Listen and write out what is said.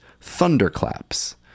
thunderclaps